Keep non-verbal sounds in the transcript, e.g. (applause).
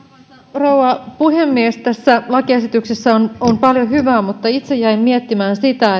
rouva puhemies tässä lakiesityksessä on on paljon hyvää mutta itse jäin miettimään sitä (unintelligible)